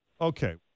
Okay